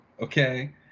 okay